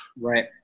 Right